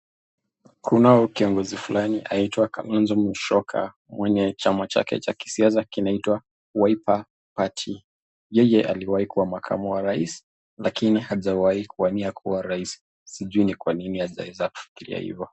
Kunao kiongozi fulani anaitwa Kalonzo Musyoka mwenye chama chake cha kisiasa kinaitwa wiper party yeye aliwai kuwa mahakamu wa raisi lakini hajawai kuwania kuwa raisi, sijui ni kwa nini hajaweza kufikiria ivo.